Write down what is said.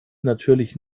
natürlich